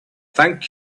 thank